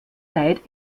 zeit